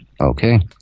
Okay